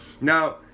Now